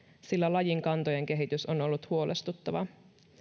sillä lajin kantojen kehitys on ollut huolestuttava